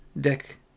Dick